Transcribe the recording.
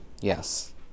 yes